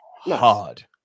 Hard